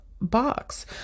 box